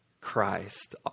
Christ